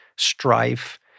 strife